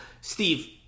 Steve